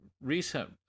recent